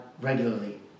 regularly